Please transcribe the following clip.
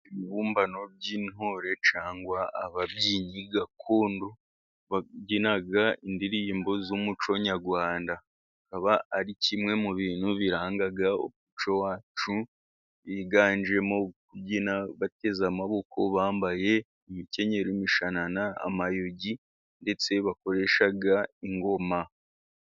Ibibumbano by'intore cyangwa ababyinnyi gakondo babyina indirimbo z'umuco nyarwanda. Bikaba ari kimwe mu bintu biranga umuco wacu byiganjemo kubyina bateze amaboko, bambaye imikenyero, imishanana, amayugi ndetse bakoresha ingoma.